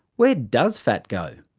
where does fat go?